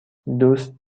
دوست